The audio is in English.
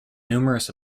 numerous